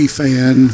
fan